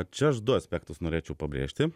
čia aš du aspektus norėčiau pabrėžti